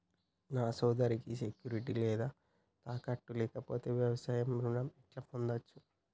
నా సోదరికి సెక్యూరిటీ లేదా తాకట్టు లేకపోతే వ్యవసాయ రుణం ఎట్లా పొందచ్చు?